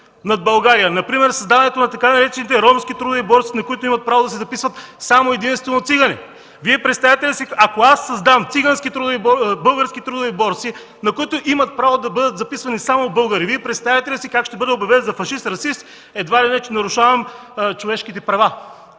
над България! Например създаването на така наречените „ромски трудови борси”, на които имат право да се записват само и единствено цигани! Вие представяте ли си – ако аз създам български трудови борси, на които имат право да бъдат записвани само българи, как ще бъда обявен за фашист, расист, едва ли не че нарушавам човешките права!